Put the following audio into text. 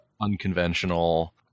unconventional